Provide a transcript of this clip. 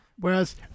Whereas